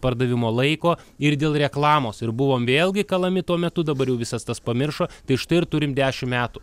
pardavimo laiko ir dėl reklamos ir buvom vėlgi kalami tuo metu dabar visas tas pamiršo tai štai ir turim dešim metų